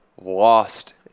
Lost